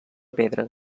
pedra